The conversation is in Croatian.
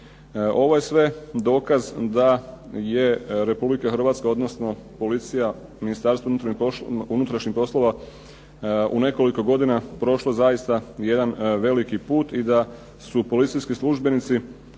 Ovo je sve dokaz da je Republika Hrvatska odnosno policija Ministarstvo unutarnjih poslova u nekoliko godina prošlo zaista jedan veliki put i da su policijski službenici